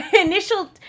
initial